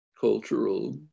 cultural